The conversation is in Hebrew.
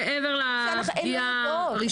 מעבר לפגיעה הראשונים.